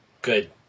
Good